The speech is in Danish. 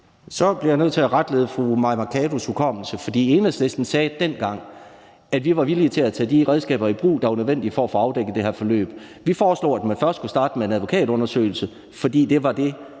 Så bliver jeg nødt til at retlede fru Mai Mercados hukommelse, for Enhedslisten sagde dengang, at vi var villige til at tage de redskaber i brug, der var nødvendige for at få afdækket det her forløb. Vi foreslog, at man først skulle starte med en advokatundersøgelse, for det var den